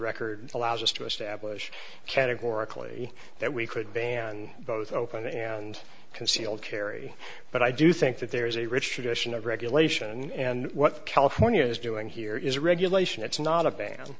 record allows us to establish categorically that we could ban both open and concealed carry but i do think that there is a rich tradition of regulation and what california is doing here is regulation it's not a ban